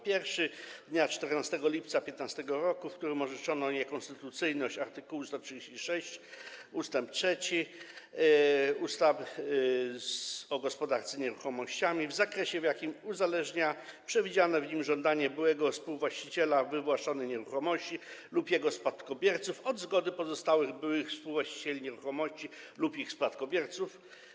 Pierwszy to ten z dnia 14 lipca 2015 r., w którym orzeczono niekonstytucyjność art. 136 ust. 3 ustawy o gospodarce nieruchomościami w zakresie, w jakim uzależnia przewidziane w nim żądanie byłego współwłaściciela wywłaszczonej nieruchomości lub jego spadkobierców od zgody pozostałych byłych współwłaścicieli nieruchomości lub ich spadkobierców.